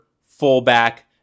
fullback